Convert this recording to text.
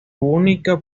única